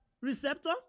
receptor